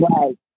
Right